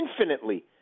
infinitely